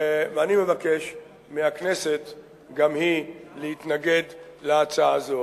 ואני מבקש מהכנסת גם היא להתנגד להצעה זו.